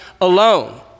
alone